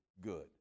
good